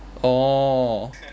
orh